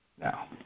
Now